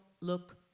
look